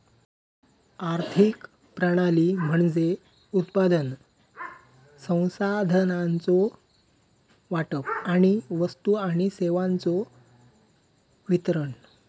आर्थिक प्रणाली म्हणजे उत्पादन, संसाधनांचो वाटप आणि वस्तू आणि सेवांचो वितरण